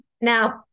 now